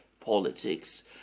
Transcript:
politics